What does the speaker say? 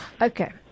Okay